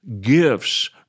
gifts